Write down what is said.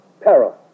peril